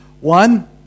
one